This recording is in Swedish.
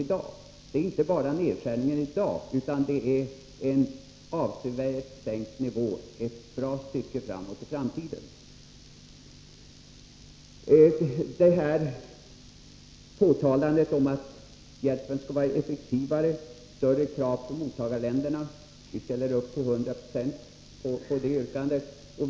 Det gäller inte bara nedskärningen nu, utan en avsevärt sänkt nivå ett bra stycke framåt i tiden. Det har talats om att hjälpen skall vara effektivare och om större krav på mottagarländerna. Vi ställer upp till 100 96 bakom yrkandena härom.